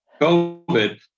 COVID